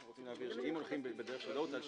אנחנו רוצים להבהיר שאם הולכים בדרך שלא הוטל שעבוד,